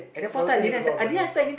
sommething is about to happen